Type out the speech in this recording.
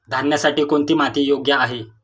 धान्यासाठी कोणती माती योग्य आहे?